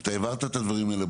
אתה הבהרת את הדברים האלה,